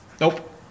Nope